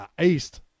east